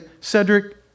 Cedric